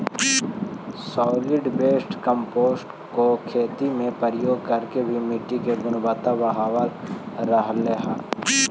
solid waste compost को खेती में प्रयोग करके भी मिट्टी की गुणवत्ता बढ़ावाल जा रहलइ हे